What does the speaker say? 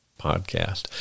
podcast